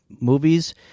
Movies